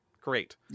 Great